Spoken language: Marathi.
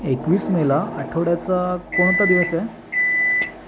एकवीस मेला आठवड्याचा कोणता दिवस आहे